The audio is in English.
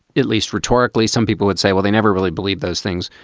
at least rhetorically, some people would say, well, they never really believe those things.